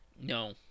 No